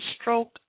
stroke